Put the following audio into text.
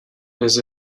les